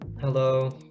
Hello